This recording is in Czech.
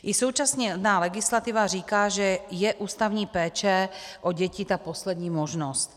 I současná legislativa říká, že je ústavní péče o děti ta poslední možnost.